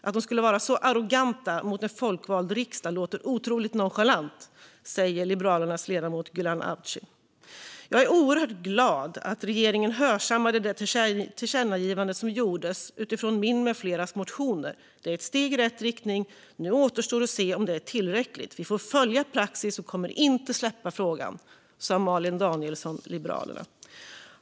Att de skulle vara så arroganta mot en folkvald riksdag låter otroligt nonchalant", sa Liberalernas ledamot Gulan Avci. Malin Danielsson från Liberalerna sa: Jag är oerhört glad att regeringen hörsammade det tillkännagivande som gjordes utifrån min med fleras motioner. Det är ett steg i rätt riktning. Nu återstår att se om det är tillräckligt. Vi får följa praxis och kommer inte att släppa frågan.